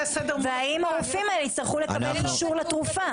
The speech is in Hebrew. והאם הרופאים הצטרכו לקבל אישור לתרופה?